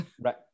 Right